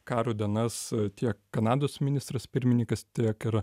karo dienas tiek kanados ministras pirmininkas tiek ir